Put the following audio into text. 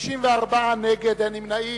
54 נגד, אין נמנעים.